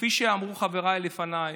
כפי שאמרו חבריי לפניי.